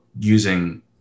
using